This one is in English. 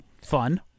Fun